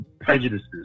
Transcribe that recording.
prejudices